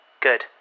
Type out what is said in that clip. Good